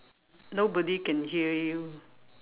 nobody can hear you